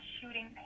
shooting